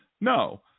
No